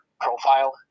profile